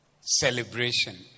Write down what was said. celebration